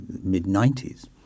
mid-90s